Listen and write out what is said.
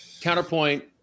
counterpoint